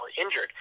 injured